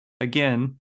Again